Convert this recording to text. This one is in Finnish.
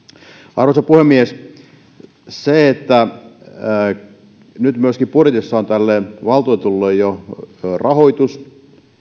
arvoisa puhemies sillä että nyt budjetissa on myöskin tälle valtuutetulle jo rahoitus